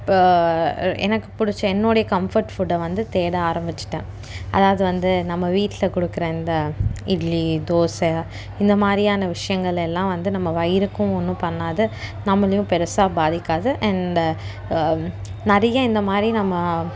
இப்போ எனக்கு பிடிச்ச என்னோடைய கம்ஃபர்ட் ஃபுட்டை வந்து தேட ஆரம்பித்துட்டேன் அதாவது வந்து நம்ம வீட்டில் கொடுக்குற இந்த இட்லி தோசை இந்த மாதிரியான விஷயங்கள் எல்லாம் வந்து நம்ம வயிறுக்கும் ஒன்றும் பண்ணாது நம்மளையும் பெருசாக பாதிக்காது அண்டு நிறைய இந்த மாதிரி நம்ம